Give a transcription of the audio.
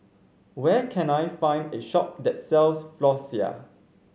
where can I find a shop that sells Floxia